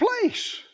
place